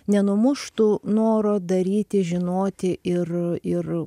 nenumuštų noro daryti žinoti ir ir